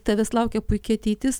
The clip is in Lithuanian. tavęs laukia puiki ateitis